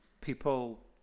people